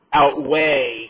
outweigh